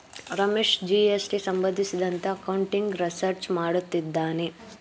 Ramesh GST ಸಂಬಂಧಿಸಿದಂತೆ accounting research ಮಾಡುತ್ತಿದ್ದಾನೆ